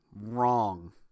Wrong